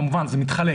כמובן שזה מתחלק,